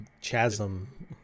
chasm